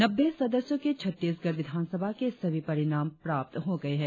नब्बे सदस्यों की छत्तीसगढ़ विधानसभा के सभी परिणाम प्राप्त हो गए है